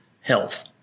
health